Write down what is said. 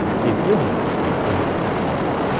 he's living with his parents.